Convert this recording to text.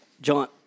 John